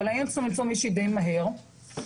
אבל היינו צריכים למצוא מישהי די מהר --- אפרת,